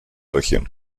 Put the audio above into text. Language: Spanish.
región